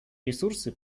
ресурсы